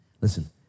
Listen